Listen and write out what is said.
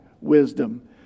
wisdom